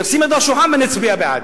נשים יד על השולחן ונצביע בעד.